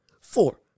four